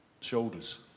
shoulders